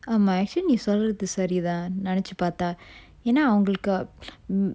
ஆமா:aama actually நீ சொல்றது சரிதான் நெனச்சு பாத்தா ஏன்னா அவங்களுக்கு:nee solrathu sarithan nenachu patha eanna avangalukku